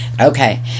Okay